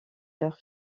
leur